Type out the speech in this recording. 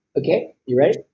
okay, you ready?